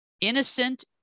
Innocent